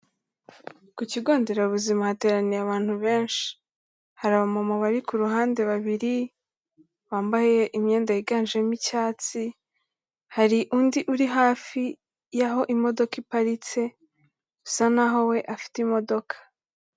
Ku kigo nderabuzima hateraniye abantu benshi, hari abamama bari ku ruhande babiri, bambaye imyenda yiganjemo icyatsi, hari undi uri hafi y'aho imodoka iparitse usa n'aho we afite imodoka.